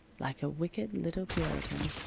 like a wicked little puritan,